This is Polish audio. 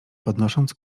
podnosząc